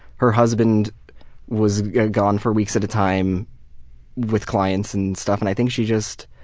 her husband was gone for weeks at a time with clients and stuff, and i think she just